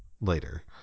later